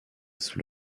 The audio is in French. sous